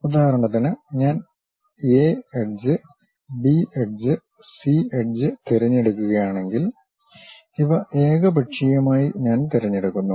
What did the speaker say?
ഉദാഹരണത്തിന് ഞാൻ A edge B edge C edge തിരഞ്ഞെടുക്കുകയാണെങ്കിൽ ഇവ ഏകപക്ഷീയമായി ഞാൻ തിരഞ്ഞെടുക്കുന്നു